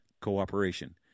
Cooperation